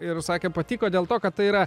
ir sakė patiko dėl to kad tai yra